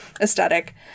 aesthetic